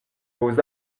vos